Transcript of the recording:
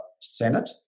Senate